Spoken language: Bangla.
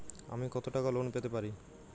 আমি কত টাকা লোন পেতে পারি?